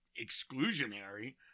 exclusionary